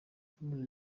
yakomeje